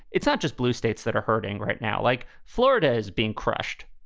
it's not just blue states that are hurting right now, like florida is being crushed.